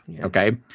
Okay